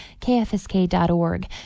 kfsk.org